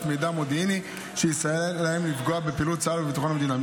מידע מודיעיני שיסייע להם לפגוע בפעילות צה"ל ובביטחון המדינה.